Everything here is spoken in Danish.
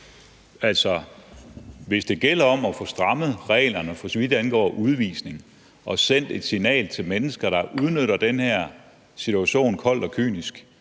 hvis det gælder om at få strammet reglerne, for så vidt angår udvisning, og sendt et signal til mennesker, der udnytter den her situation koldt og kynisk,